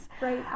Right